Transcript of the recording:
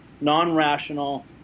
non-rational